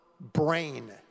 brain